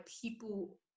people